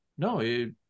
No